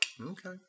Okay